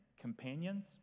companions